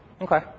Okay